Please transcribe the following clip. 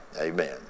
Amen